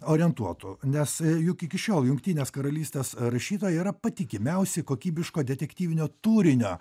orientuotu nes juk iki šiol jungtinės karalystės rašytojai yra patikimiausi kokybiško detektyvinio turinio